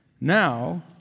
Now